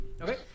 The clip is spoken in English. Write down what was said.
Okay